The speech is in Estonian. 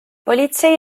politsei